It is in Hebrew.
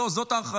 לא, זאת האחריות: